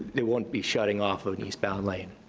they won't be shutting off an eastbound lane.